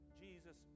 Jesus